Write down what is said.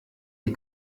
die